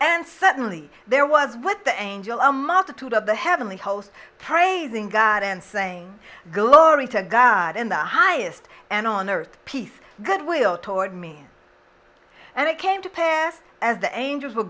and certainly there was with the angel a multitude of the heavenly host praising god and saying glory to god in the highest and on earth peace good will toward me and i came to paris as the angels were